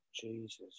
Jesus